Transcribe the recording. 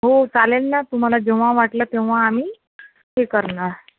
हो चालेल ना तुम्हाला जेव्हा वाटलं तेव्हा आम्ही हे करणार